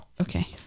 Okay